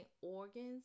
organs